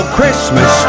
Christmas